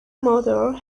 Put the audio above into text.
motor